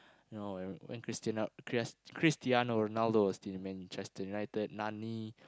you know when when Christina Christ Cristiano-Ronaldo is still in Manchester-United Nani